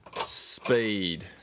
Speed